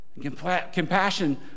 Compassion